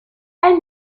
elle